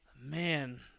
Man